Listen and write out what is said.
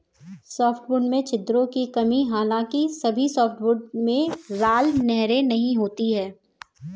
softwood में छिद्रों की कमी हालांकि सभी सॉफ्टवुड में राल नहरें नहीं होती है